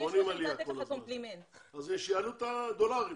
אז שיעלו את הדולרים